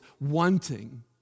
wanting